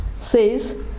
says